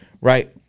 right